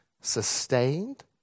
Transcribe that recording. sustained